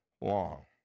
long